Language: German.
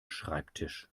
schreibtisch